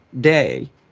day